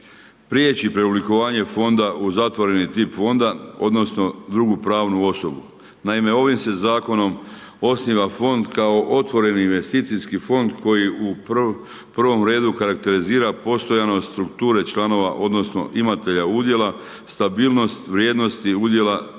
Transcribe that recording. prijeći preoblikovanje Fonda u zatvoreni tip Fonda odnosno drugu pravnu osobu. Naime, ovim se Zakonom osniva Fond kao otvoreni investicijski Fond koji u prvom redu karakterizira postojanost strukture članova odnosno imatelja udjela, stabilnost vrijednosti udjela